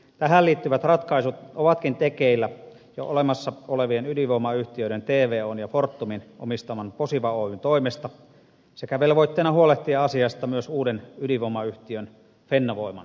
tähän liittyvät ratkaisut ovatkin tekeillä jo olemassa olevien ydinvoimayhtiöiden tvon ja fortumin omistaman posiva oyn toimesta velvoitteena huolehtia asiasta myös uuden ydinvoimayhtiön fennovoiman osalta